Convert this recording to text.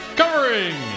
covering